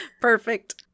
perfect